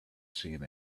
seen